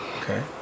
Okay